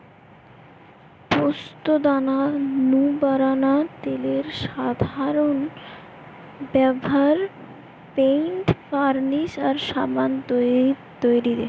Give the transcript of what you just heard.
পোস্তদানা নু বারানা তেলের সাধারন ব্যভার পেইন্ট, বার্নিশ আর সাবান তৈরিরে